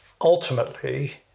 ultimately